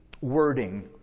wording